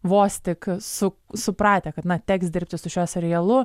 vos tik su supratę kad na teks dirbti su šiuo serialu